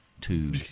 two